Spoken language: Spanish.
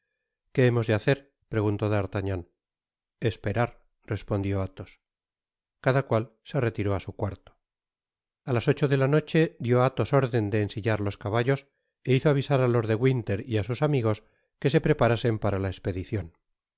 qué hemos de hacer preguntó d'artagnan esperar respondió athos cada cual se retiró á su cuarto a las ocho do la noche dió athos órden de ensillar los caballos é hizo avisar á lord de winter y á sus amigos que se preparasen para la espedicion